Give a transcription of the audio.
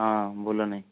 ହଁ ବୁଲୁନି